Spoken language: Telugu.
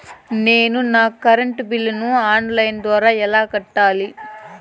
నేను నా కరెంటు బిల్లును ఆన్ లైను ద్వారా ఎలా కట్టాలి?